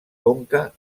conca